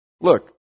Look